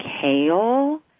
kale